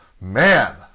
Man